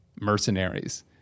mercenaries